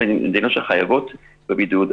לגבי מדינות שחייבות בבידוד,